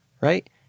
right